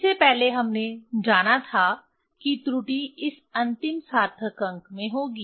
इससे पहले हमने जाना था कि त्रुटि इस अंतिम सार्थक अंक में होगी